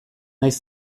naiz